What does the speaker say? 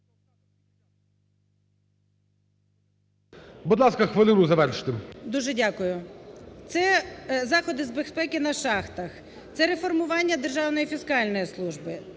Будь ласка, хвилину, завершуйте. МАРКАРОВА О.С. Дуже дякую. Це заходи з безпеки на шахтах; це реформування Державної фіскальної служби;